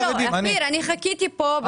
אופיר, אני חיכיתי פה בתור.